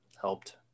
helped